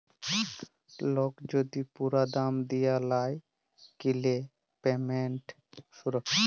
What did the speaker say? lock যদি পুরা দাম দিয়া লায় কিলে পেমেন্ট সুরক্ষা